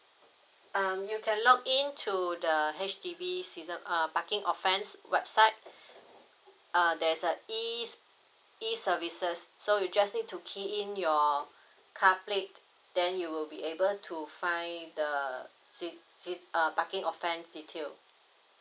um you can log in to the H_D_B season um parking offense website uh there's a E ser~ E services so you just need to key in your car plate then you will be able to find the sea~ sea~ uh parking offense detail